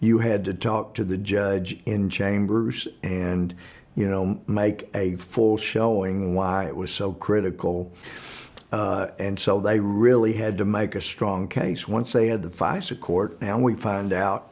you had to talk to the judge in chambers and you know make a false showing why it was so critical and so they really had to make a strong case once they had the vice a court and we found out